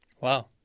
Wow